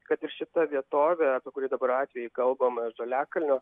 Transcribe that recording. kad ir šita vietovė kurį dabar atvejį kalbam žaliakalnio